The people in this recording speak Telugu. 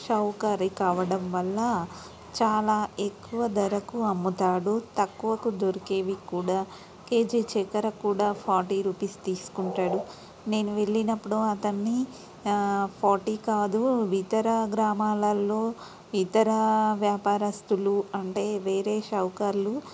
షావుకారి కావడం వల్ల చాలా ఎక్కువ ధరకు అమ్ముతాడు తక్కువకు దొరికేవి కూడా కేజీ చక్కెర కూడా ఫార్టీ రూపీస్ తీసుకుంటుంటాడు నేను వెళ్ళినప్పుడు అతన్ని ఫార్టీ కాదు ఇతర గ్రామాలల్లో ఇతర వ్యాపారస్తులు అంటే వేరే షావుకార్లు